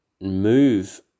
move